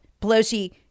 Pelosi